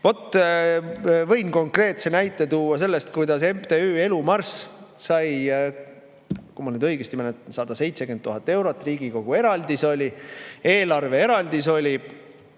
võin konkreetse näite tuua sellest, kuidas MTÜ Elu Marss sai, kui ma nüüd õigesti mäletan, 170 000 eurot. Riigikogu eraldis oli, eelarveeraldis oli,